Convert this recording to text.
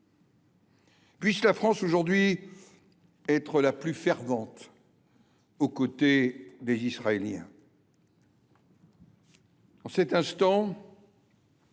Puisse la France aujourd’hui être la plus fervente aux côtés des Israéliens.